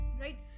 Right